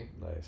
Nice